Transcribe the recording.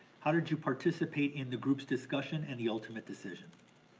how did you participate in the group's discussion and the ultimate decision?